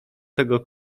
tego